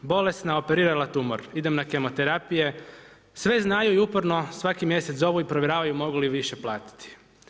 Bolesna, operirala tumor, idem na kemoterapije, sve znaju i uporno svaki mjesec zovu i provjeravaju mogu li više platiti“